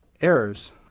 errors